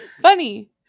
Funny